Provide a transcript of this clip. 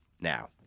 now